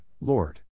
Lord